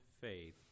faith